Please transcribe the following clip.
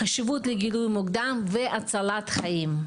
חשיבות לגילוי מוקדם והצלת חיים,